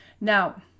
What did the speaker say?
Now